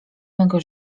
mego